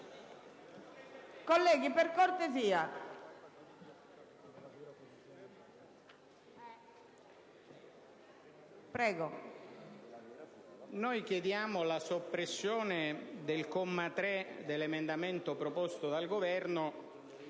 chiediamo la soppressione del comma 3 dell'emendamento proposto dal Governo,